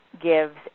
gives